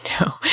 No